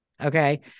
Okay